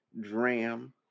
Dram